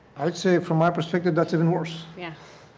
i would say from my perspective, that is even worse. yeah